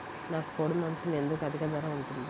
నాకు కోడి మాసం ఎందుకు అధిక ధర ఉంటుంది?